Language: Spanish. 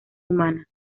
humana